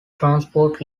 transport